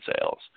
sales